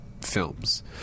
films